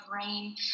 rain